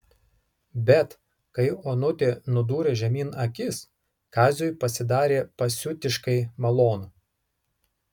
bet kai onutė nudūrė žemyn akis kaziui pasidarė pasiutiškai malonu